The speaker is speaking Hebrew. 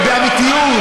ובאמיתיות.